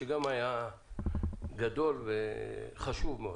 שגם היה חוק גדול וחשוב מאוד.